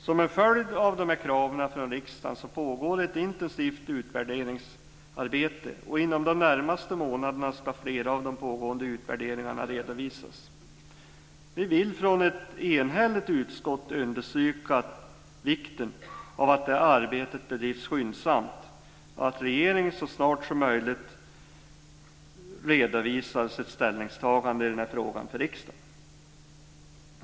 Som en följd av dessa krav från riksdagen pågår ett intensivt utvärderingsarbete, och inom de närmaste månaderna så ska flera av de pågående utvärderingarna redovisas.